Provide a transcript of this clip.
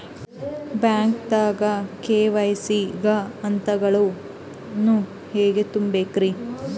ಬ್ಯಾಂಕ್ದಾಗ ಕೆ.ವೈ.ಸಿ ಗ ಹಂತಗಳನ್ನ ಹೆಂಗ್ ತುಂಬೇಕ್ರಿ?